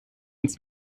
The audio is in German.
ins